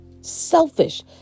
Selfish